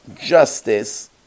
justice